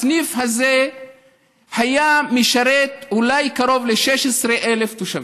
הסניף הזה היה משרת אולי קרוב ל-16,000 תושבים,